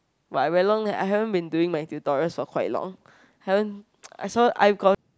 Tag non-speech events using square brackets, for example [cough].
but I very long I haven't been doing my tutorials for quite long haven't [noise] I saw I got